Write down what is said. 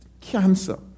Cancer